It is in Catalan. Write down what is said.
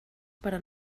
però